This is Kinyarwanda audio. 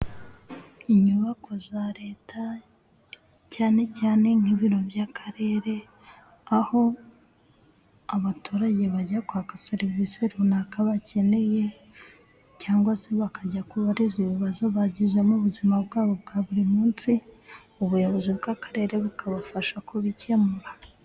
Inyubako za Leta cyane cyane nk'ibiro by'akarere aho abaturage bajya kwaka serivisi runaka bakeneye cyangwa se bakajya kuhabariza ibibazo bagize ubuzima bwabo bwa buri munsi. Ubuyobozi bw'akarere bukabafasha kubikemura.